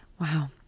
Wow